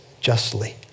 justly